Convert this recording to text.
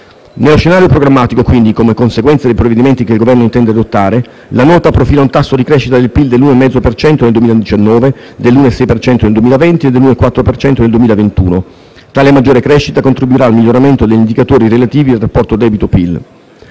Nello scenario programmatico, quindi, come conseguenza dei provvedimenti che il Governo intende adottare, la Nota profila un tasso di crescita del PIL dell'1,5 per cento nel 2019, dell'1,6 per cento nel 2020 e dell'1,4 per cento nel 2021. Tale maggior crescita contribuirà al miglioramento degli indicatori relativi al rapporto debito-PIL.